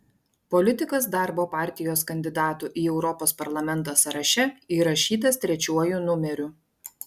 politikas darbo partijos kandidatų į europos parlamentą sąraše įrašytas trečiuoju numeriu